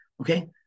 Okay